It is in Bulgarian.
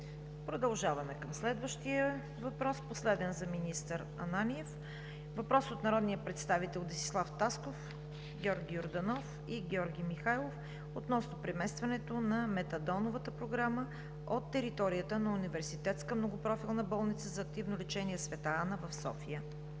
Продължаваме към следващия въпрос, последен за министър Ананиев. Въпрос от народните представители Десислав Тасков, Георги Йорданов и Георги Михайлов относно преместването на Метадоновата програма от територията на Университетската многопрофилна болница за активно лечение „Св. Анна“ в София.